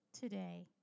today